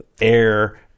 air